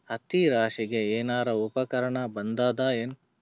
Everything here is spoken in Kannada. ಹತ್ತಿ ರಾಶಿಗಿ ಏನಾರು ಉಪಕರಣ ಬಂದದ ಏನು?